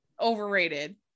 overrated